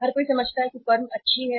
हर कोई समझता है कि फर्म अच्छा है